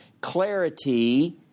Clarity